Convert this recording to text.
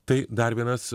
tai dar vienas